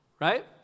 right